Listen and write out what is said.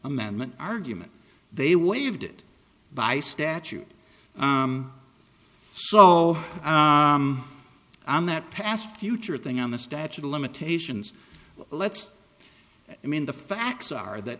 amendment argument they waived it by statute so i'm that past future thing on the statute of limitations let's i mean the facts are that